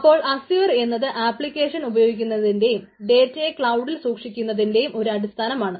അപ്പോൾ അസ്യുർ എന്നത് ആപ്ലിക്കേഷൻ ഉപയോഗിക്കുന്നതിന്റെയും ഡേറ്റയെ ക്ലൌഡിൽ സൂക്ഷിക്കുന്നതിന്റെയും ഒരു അടിസ്ഥാനമാണ്